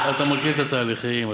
אתה מכיר את התהליכים,